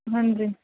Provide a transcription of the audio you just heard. ਹਾਂਜੀ